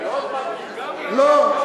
לא,